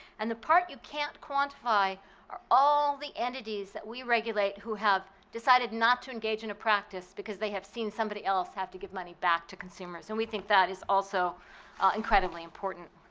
and the part you can't quantify are all the entities that we regulate who have decided not to engage in a practice because they have seen somebody else have to give money back to consumers. and we think that is also incredibly important.